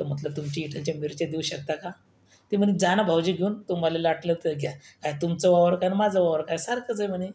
तर म्हटलं तुमची इथलच्या मिरच्या देऊ शकता का ते म्हणे जा ना भाऊजी घेऊन तुम्हाला वाटलं तर घ्या अॅ तुमचं वावर काय आणि माझं वावर काय सारखंच आहे म्हणे